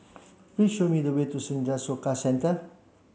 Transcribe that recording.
please show me the way to Senja Soka Centre